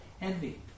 Envy